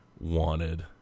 wanted